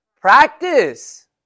practice